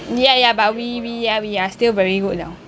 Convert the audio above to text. ya ya but we we are we are still very good liao